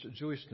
Jewishness